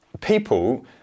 people